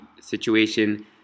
situation